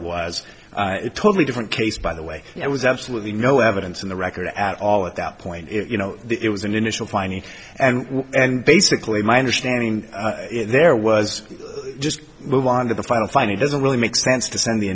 was a totally different case by the way it was absolutely no evidence in the record at all at that point you know it was an initial finding and and basically my understanding there was just move on to the final finding doesn't really make sense to send the